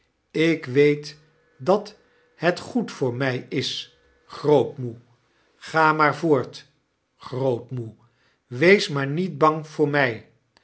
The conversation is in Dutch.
ik weet dat het goed voor my is grootmoe ga maar voort grootmoe wees maar niet bang voor my